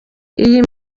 iyi